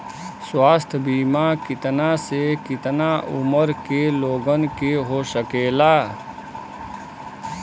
स्वास्थ्य बीमा कितना से कितना उमर के लोगन के हो सकेला?